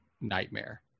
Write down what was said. nightmare